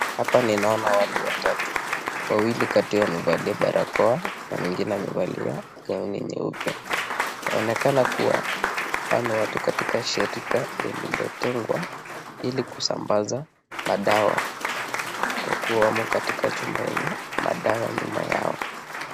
Hapa ninaona watu watatu, wawili kati yao wamevalia barakoa, na mwengine amevalia gauni nyeupe, yaonekana kua hawa ni watu katika shirika lilo tengewa ili kusambaza madawa kwa kuwemo katika chumba yenye madawa nyuma yao.